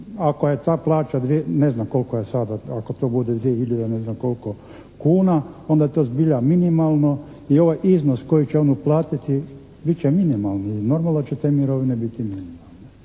ako je ta plaća, ne znam kolika je sada, ako to bude 2 hiljade, ne znam koliko kuna onda je to zbilja minimalno i ovaj iznos koji će on uplatiti bit će minimalni i normalno da će te mirovine biti minimalne.